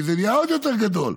כי זה נהיה עוד יותר גדול.